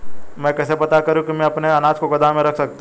मैं कैसे पता करूँ कि मैं अपने अनाज को गोदाम में रख सकता हूँ?